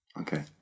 Okay